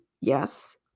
yes